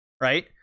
right